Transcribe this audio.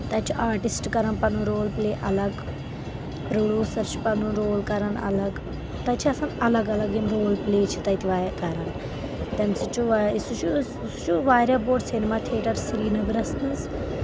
تَتہِ چھُ آرٹِسٹ کَران پَنُن رول پلے اَلگ پروڈیوسر چھُ پَنُن رول کَران الگ تَتہِ چھِ آسان الگ الگ یِم رول پلے چھِ تَتہِ واریاہ کَران تَمہِ سۭتۍ چھُ سہُ چھُ سُہ چھُ واریاہ بوٚڑ سیٚنیما تھیٹر سری نَگرس منٛز